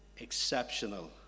exceptional